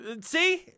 See